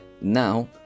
now